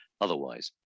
Otherwise